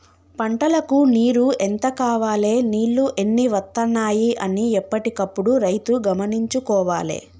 పంటలకు నీరు ఎంత కావాలె నీళ్లు ఎన్ని వత్తనాయి అన్ని ఎప్పటికప్పుడు రైతు గమనించుకోవాలె